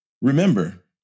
remember